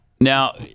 now